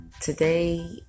Today